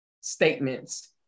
statements